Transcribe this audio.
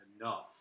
enough